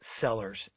sellers